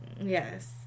Yes